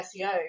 SEO